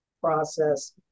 Process